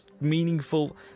meaningful